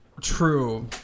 True